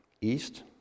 east